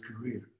career